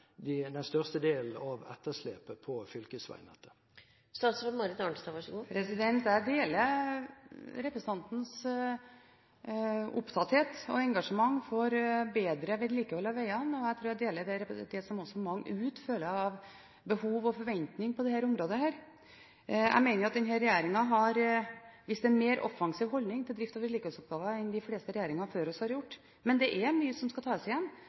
den største delen av etterslepet på fylkesveinettet? Jeg deler representantens opptatthet og engasjement for bedre vedlikehold av veiene, og jeg tror jeg deler det som også mange ute føler av behov og forventning på dette området. Jeg mener at denne regjeringen har vist en mer offensiv holdning til drift og vedlikeholdsoppgaver enn de fleste regjeringer før oss har gjort, men det er mye som skal tas igjen.